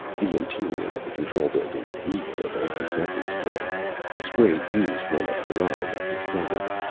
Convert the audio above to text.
the interior of the control building reeked of antiseptic spray the spray used when a para was discovered.